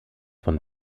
von